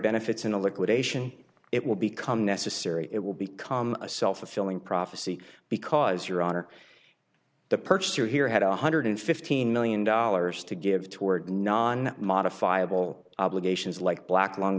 benefits into liquidation it will become necessary it will become a self fulfilling prophecy because your honor the purchaser here had one hundred fifteen million dollars to give toward non modifiable obligations like black lung